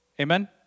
Amen